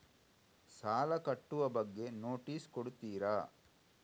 ಸಾಲ ಕಟ್ಟುವ ಬಗ್ಗೆ ನೋಟಿಸ್ ಕೊಡುತ್ತೀರ?